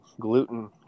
gluten